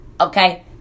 Okay